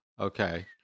Okay